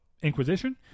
Inquisition